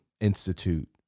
Institute